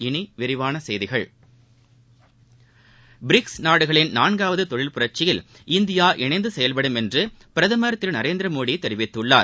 இனி விரிவான செய்திகள் பிரிக்ஸ் நாடுகளின் நான்காவது தொழில் புரட்சியில் இந்தியா இணைந்து செயல்படும் என்று பிரதமர் திரு நரேந்திரமோடி தெரிவித்துள்ளார்